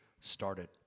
started